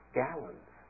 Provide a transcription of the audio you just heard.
gallons